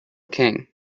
king